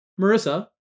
Marissa